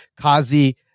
Kazi